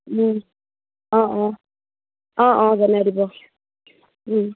অঁ অঁ অঁ অঁ জনাই দিব